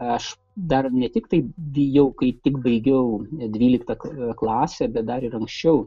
aš dar ne tik tai bijau kaip tik baigiau dvyliktą klasę bet dar ir anksčiau